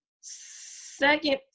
Second